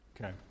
Okay